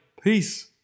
Peace